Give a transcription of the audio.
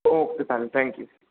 okay चालेल thank you